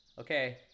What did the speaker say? Okay